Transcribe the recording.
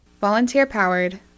Volunteer-powered